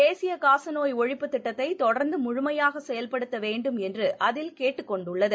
தேசிய காசநோய் ஒழிப்பு திட்டத்தை தொடர்ந்து முழுமையாக செயல்படுத்த வேண்டும் என்று அதில் கேட்டுக் கொண்டுள்ளது